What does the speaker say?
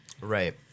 Right